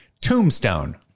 Tombstone